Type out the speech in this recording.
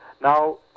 Now